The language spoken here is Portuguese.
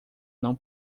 não